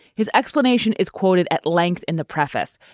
his explanation is quoted at length in the preface,